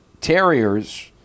terriers